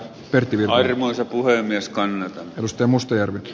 pertti lahermaansä puheen jaskan rustem mustajärvi